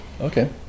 okay